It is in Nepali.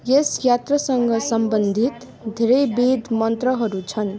यस यात्रासँग सम्बन्धित धेरै वेद मन्त्रहरू छन्